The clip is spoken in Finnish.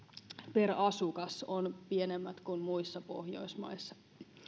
per asukas ovat pienemmät kuin muissa pohjoismaissa